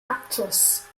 actress